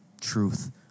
truth